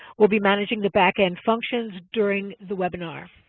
will be managing the back-end functions during the webinar.